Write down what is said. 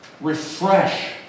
Refresh